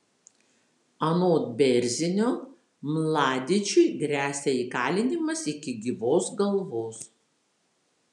anot bėrzinio mladičiui gresia įkalinimas iki gyvos galvos